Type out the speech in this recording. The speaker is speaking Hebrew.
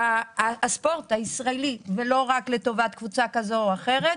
הספורט הישראלי ולא רק לטובת קבוצה כזו או אחרת.